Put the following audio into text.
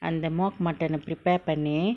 அந்த:andtha moke mutton ah prepare பன்னி:panni